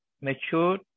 mature